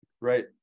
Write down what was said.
Right